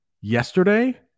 yesterday